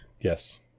yes